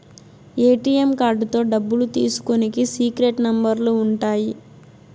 ATM కార్డుతో డబ్బులు తీసుకునికి సీక్రెట్ నెంబర్లు ఉంటాయి